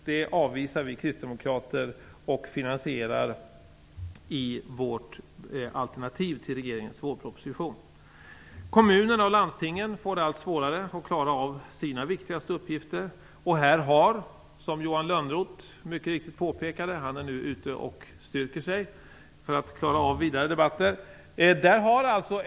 Detta finansierar vi i vårt alternativ till regeringens vårproposition. Kommunerna och landstingen får allt svårare att klara av sina viktigaste uppgifter. Johan Lönnroth är nu ute och styrker sig för att klara av vidare debatter.